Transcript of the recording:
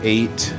Eight